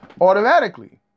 Automatically